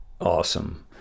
Awesome